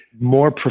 more